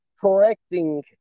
correcting